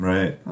Right